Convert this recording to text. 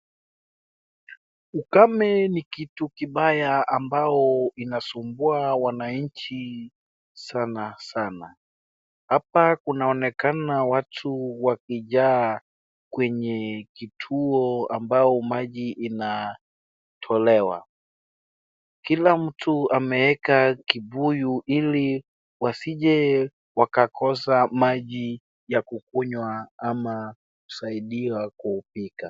Ukame ni kitu kibaya, ambao inasumbua wananchi sana sana. Hapa kunaonekana watu wakijaa kwenye kituo ambao maji inatolewa. Kila mtu ameweka kibuyu ili wasije wakakosa maji ya kukunywa ama kusaidiwa kupika.